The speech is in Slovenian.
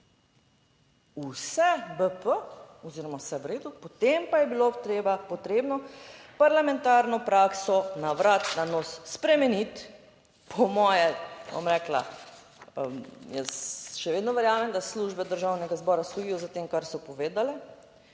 Vse BP oziroma vse v redu, potem pa je bilo treba potrebno parlamentarno prakso na vrat na nos spremeniti, po moje, bom rekla, jaz še vedno verjamem, da službe Državnega zbora stojijo za tem kar so povedale